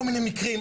כל מיני מקרים,